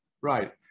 Right